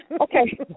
Okay